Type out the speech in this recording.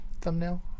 thumbnail